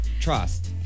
Trust